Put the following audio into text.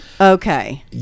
Okay